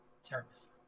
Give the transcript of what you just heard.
Service